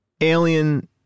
Alien